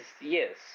yes